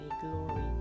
Glory